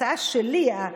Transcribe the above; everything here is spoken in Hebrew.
ההצעה שלי,